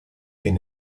been